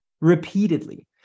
repeatedly